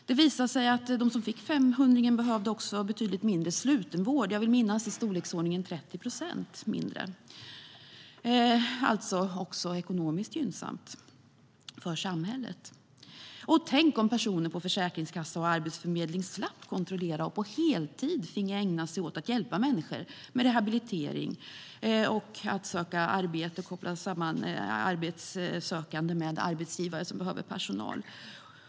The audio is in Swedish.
Det visade sig också att de som fick femhundringen behövde betydligt mindre slutenvård. Jag vill minnas att det var i storleksordningen 30 procent mindre. Det var alltså också ekonomiskt gynnsamt för samhället. Tänk om personer på försäkringskassa och arbetsförmedling slapp kontrollera och på heltid fick ägna sig åt att hjälpa människor med rehabilitering och att söka arbete och koppla samman arbetssökande med arbetsgivare som behöver personal!